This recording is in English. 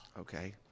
Okay